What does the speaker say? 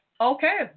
Okay